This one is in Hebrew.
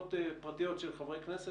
ויוזמות פרטיות של חברי כנסת,